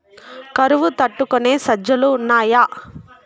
కరువు తట్టుకునే సజ్జలు ఉన్నాయా